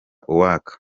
uwaka